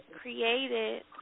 created